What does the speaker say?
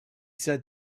said